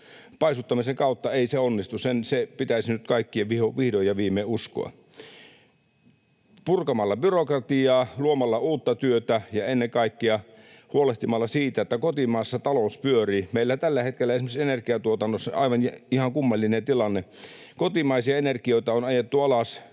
paisuttamisen kautta ei se onnistu, se pitäisi nyt kaikkien vihdoin ja viimein uskoa, vaan purkamalla byrokratiaa, luomalla uutta työtä ja ennen kaikkea huolehtimalla siitä, että kotimaassa talous pyörii. Meillä tällä hetkellä on esimerkiksi energiantuotannossa ihan kummallinen tilanne: Kotimaisia energioita on ajettu alas.